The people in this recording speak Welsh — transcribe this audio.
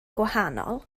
gwahanol